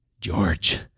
George